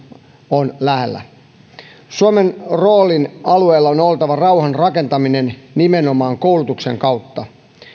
on lähellä suomen roolin alueella on oltava rauhan rakentaminen nimenomaan koulutuksen kautta